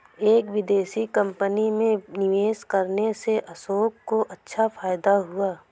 एक विदेशी कंपनी में निवेश करने से अशोक को अच्छा फायदा हुआ